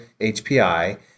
HPI